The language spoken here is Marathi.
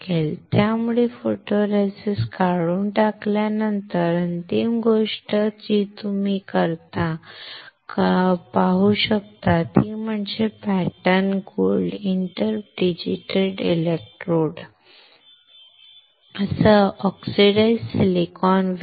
त्यामुळे फोटोरेसिस्ट काढून टाकल्यानंतर अंतिम गोष्ट जी तुम्ही पाहू शकता ती म्हणजे पॅटर्न गोल्ड इंटर डिजीटेटेड इलेक्ट्रोडसह ऑक्सिडाइज्ड सिलिकॉन वेफर